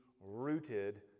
rooted